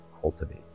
cultivate